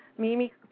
Mimi